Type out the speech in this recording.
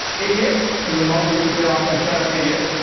idiot because his mother used to say often shut up, idiot.